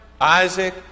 Isaac